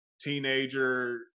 teenager